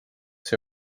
see